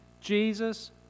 Jesus